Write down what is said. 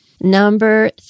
Number